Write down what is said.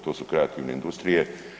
To su kreativne industrije.